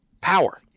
power